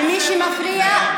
ומי שמפריע,